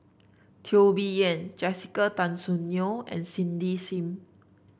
Teo Bee Yen Jessica Tan Soon Neo and Cindy Sim